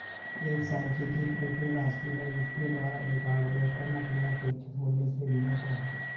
एक सांख्यिकी त्रुटि राशि है जिसके द्वारा एक अवलोकन अपने अपेक्षित मूल्य से भिन्न होता है